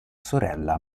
sorella